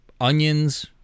onions